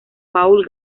paul